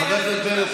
חבר הכנסת בנט,